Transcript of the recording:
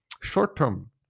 short-term